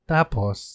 Tapos